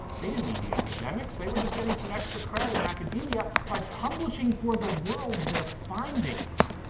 they didn't need the academics. they were just getting some extra cred in academia by publishing for the world their findings.